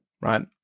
Right